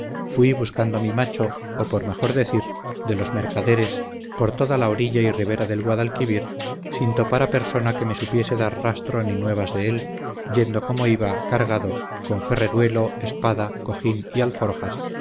fuí buscando mi macho o por mejor decir de los mercaderes por toda la orilla y ribera del guadalquivir sin topar a persona que me supiese dar rastro ni nuevas de él yendo como iba cargado con ferreruelo espada cojín y alforjas